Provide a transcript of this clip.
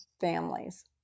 families